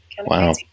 Wow